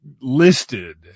listed